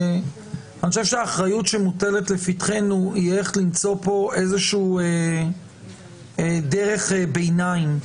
שאני חושב שהאחריות שמוטלת לפתחנו הולכת למצוא פה איזושהי דרך ביניים,